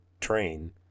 train